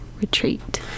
Retreat